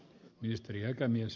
arvoisa puhemies